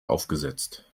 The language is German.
aufgesetzt